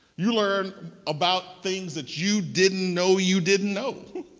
you learn about things that you didn't know you didn't know.